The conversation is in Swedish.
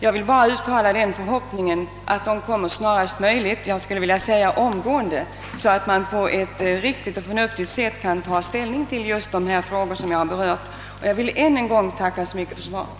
Jag uttalar bara förhoppningen att de anvisningarna utkommer snarast möjligt — helst omedelbart — så att man på ett riktigt och förnuftigt sätt kan ta ställning till de frågor jag berört. Jag tackar ännu en gång för svaret.